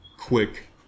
quick